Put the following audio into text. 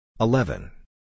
Eleven